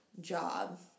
job